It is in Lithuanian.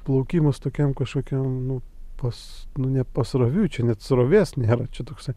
plaukimas tokiam kažkokiam nu pas nu ne pasroviui čia net srovės nėra čia toksai